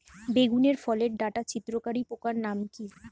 বেগুনের ফল ওর ডাটা ছিদ্রকারী পোকার নাম কি?